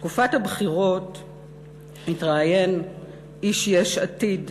בתקופת הבחירות התראיין איש יש עתיד,